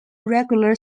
regular